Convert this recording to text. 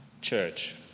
church